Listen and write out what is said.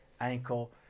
ankle